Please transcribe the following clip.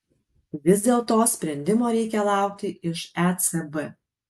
vis dėlto sprendimo reikia laukti iš ecb